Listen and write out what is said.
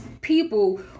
people